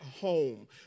home